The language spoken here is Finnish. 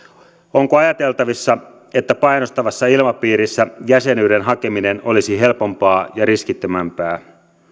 onko ajateltavissa että painostavassa ilmapiirissä jäsenyyden hakeminen olisi helpompaa ja riskittömämpää